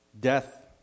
death